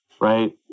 right